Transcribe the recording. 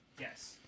Yes